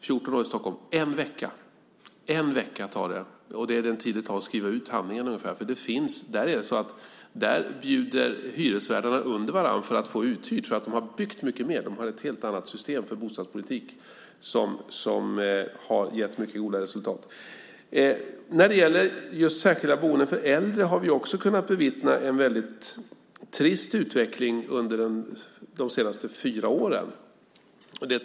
Den är en vecka! Det är ungefär den tid det tar att skriva ut handlingarna. Där bjuder hyresvärdarna under varandra för att få uthyrt. De har byggt mycket mer eftersom de har ett helt annat system för bostadspolitik som har gett ett mycket gott resultat. När det gäller särskilda boenden för äldre har vi bevittnat en trist utveckling under de senaste fyra åren.